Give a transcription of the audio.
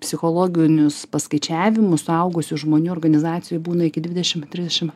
psichologinius paskaičiavimus suaugusių žmonių organizacijoj būna iki dvidešim trisdešim